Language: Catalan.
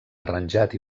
arranjat